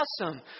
awesome